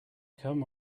come